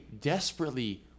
desperately